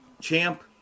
Champ